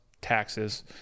taxes